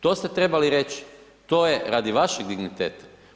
Toste trebali reći, to je radi vašeg digniteta.